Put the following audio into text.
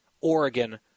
Oregon